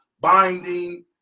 binding